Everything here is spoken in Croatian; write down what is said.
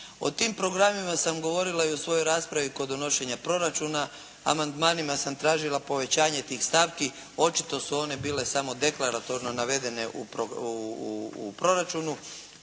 O tim programima sam govorila i u svojoj raspravi kod donošenja proračuna, amandmanima sam tražila povećanje tih stavki, očito su one bile samo deklaratorno navedene u proračunu,